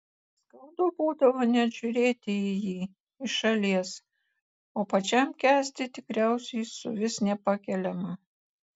skaudu būdavo net žiūrėti į jį iš šalies o pačiam kęsti tikriausiai suvis nepakeliama